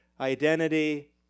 identity